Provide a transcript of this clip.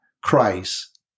Christ